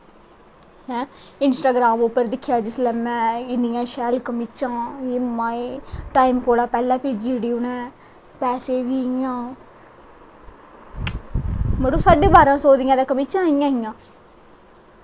हैं इस्टाग्राम पर दिक्खेआ जिसलै में इन्नियां शैल कमीजां हे माए टाईम कोला दा पैह्लें भेज्जी ओड़ी उ'नै पैसे बी इ'यां मड़ो साड्डे बारां सौ दियां ते कमीचां आईयां हां